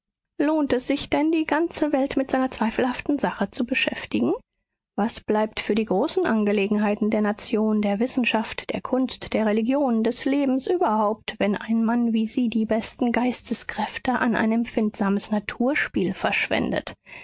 lohnt es sich denn die ganze welt mit seiner zweifelhaften sache zu beschäftigen was bleibt für die großen angelegenheiten der nation der wissenschaft der kunst der religion des lebens überhaupt wenn ein mann wie sie die besten geisteskräfte an ein empfindsames naturspiel verschwendet